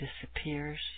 disappears